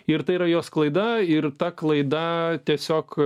ir tai yra jos klaida ir ta klaida tiesiog